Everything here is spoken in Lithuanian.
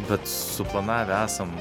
bet suplanavę esam